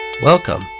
Welcome